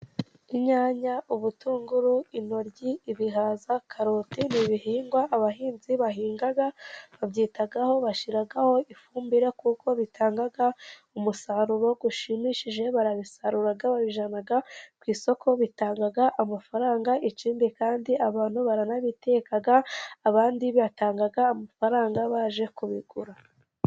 Inyanya, ubutunguru, intoryi, ibihaza, karoti ni ibihingwa abahinzi bahinga babyitaho, bashiraho ifumbire, kuko bitanga umusaruro ushimishije, barabisarura, babijyana ku isoko, bitanga amafaranga, ikindi kandi abantu baranabiteka, abandi batanga amafaranga baje kubigura.